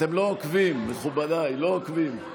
אתם לא עוקבים, מכובדיי, לא עוקבים.